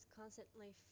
constantly